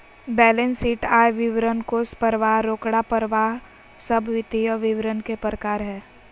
balance sheet, आय विवरण, कोष परवाह, रोकड़ परवाह सब वित्तीय विवरण के प्रकार हय